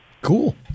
Cool